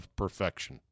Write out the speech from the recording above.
perfection